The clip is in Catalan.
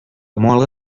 mola